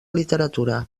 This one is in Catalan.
literatura